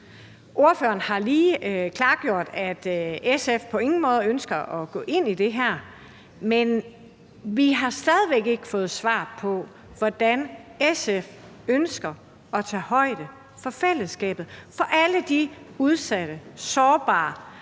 Ordføreren har lige klargjort, at SF på ingen måde ønsker at gå ind i det her, men vi har stadig væk ikke fået svar på, hvordan SF ønsker at tage højde for fællesskabet og for alle de udsatte og sårbare,